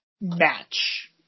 match